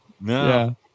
No